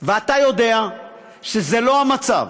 ואתה יודע שזה לא המצב.